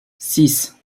six